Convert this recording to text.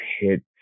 hit